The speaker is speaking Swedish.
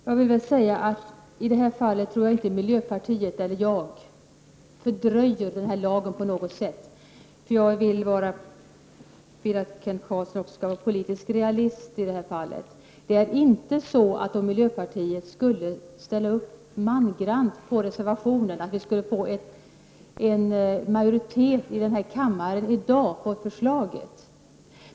Fru talman! I det här fallet fördröjer varken jag eller miljöpartiet denna lagstiftning på något sätt. Men jag tycker att Kent Carlsson borde vara politisk realist. Även om miljöpartiet ställer sig mangrant bakom denna reservation, skulle det i dag inte bli någon majoritet i denna kammare för detta förslag.